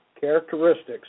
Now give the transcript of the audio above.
characteristics